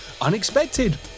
unexpected